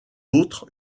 autres